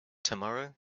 tomorrow